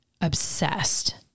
obsessed